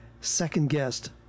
second-guessed